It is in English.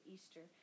Easter